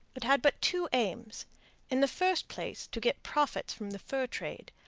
it had but two aims in the first place to get profits from the fur trade,